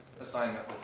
assignment